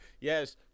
yes